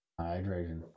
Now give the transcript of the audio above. Hydration